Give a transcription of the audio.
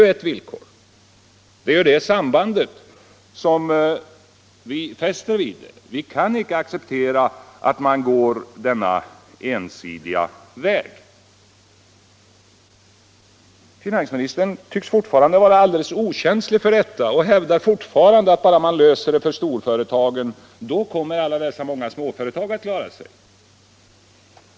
Vi kan icke acceptera en sådan ensidighet som man här tydligen från regeringens sida vill hävda. Finansministern tycks fortfarande vara alldeles okänslig för våra argument och vidhåller att bara man löser problemen för storföretagen kommer alla småföretagare också att klara sig.